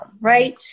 right